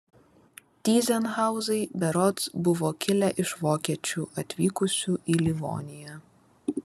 tyzenhauzai berods buvo kilę iš vokiečių atvykusių į livoniją